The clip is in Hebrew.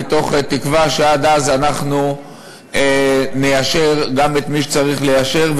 מתוך תקווה שעד אז אנחנו ניישר גם את מי שצריך ליישר,